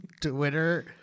Twitter